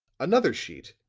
another sheet,